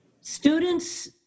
students